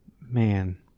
man